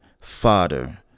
Father